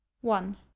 one